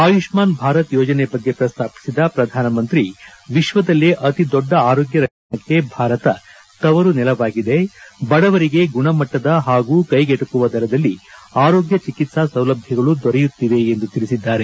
ಆಯುಷ್ಠಾನ್ ಭಾರತ್ ಯೋಜನೆ ಬಗ್ಗೆ ಪ್ರಸ್ತಾಪಿಸಿದ ಪ್ರಧಾನಮಂತ್ರಿ ವಿಶ್ವದಲ್ಲೇ ಅತಿ ದೊಡ್ಡ ಆರೋಗ್ಕ ರಕ್ಷಣಾ ಕಾರ್ಯಕ್ರಮಕ್ಕೆ ಭಾರತ ತವರು ನೆಲವಾಗಿದೆ ಬಡವರಿಗೆ ಗುಣಮಟ್ಟದ ಹಾಗೂ ಕೈಗೆಟುಕುವ ದರದಲ್ಲಿ ಆರೋಗ್ಯ ಚಿಕಿತ್ಸಾ ಸೌಲಭ್ಯಗಳು ದೊರೆಯುತ್ತಿವೆ ಎಂದು ತಿಳಿಸಿದ್ದಾರೆ